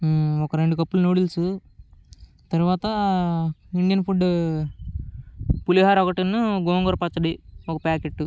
ఒక రెండు కప్పులు నూడిల్స్ తరువాత ఇండియన్ ఫుడ్ పులిహోర ఒకటి గోంగూర పచ్చడి ఒక ప్యాకెట్టు